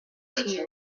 tears